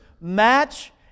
match